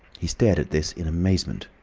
he stared at this in amazement.